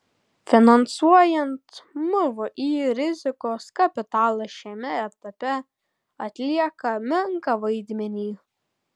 finansuojant mvį rizikos kapitalas šiame etape atlieka menką vaidmenį